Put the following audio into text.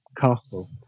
castle